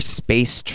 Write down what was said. space